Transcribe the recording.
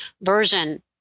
version